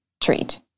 treat